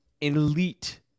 elite